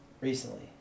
recently